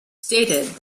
stated